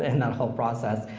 and that whole process.